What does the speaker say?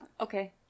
okay